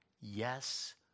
Yes